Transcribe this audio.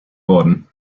worden